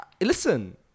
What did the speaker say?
listen